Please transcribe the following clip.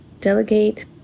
Delegate